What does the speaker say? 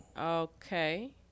Okay